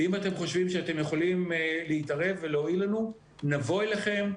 ואם אתם חושבים שאתם יכולים להתערב ולהועיל לנו נבוא אליכם,